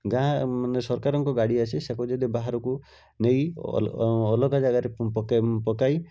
ଗାଁ ମାନେ ସରକାରଙ୍କ ଗାଡ଼ି ଆସି ସେହାକୁ ଯଦି ବାହାରକୁ ନେଇ ଅଲଗା ଅଲଗା ଜାଗାରେ ପକାଇ ପକାଇ